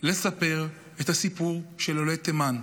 לספר את הסיפור של עולי תימן.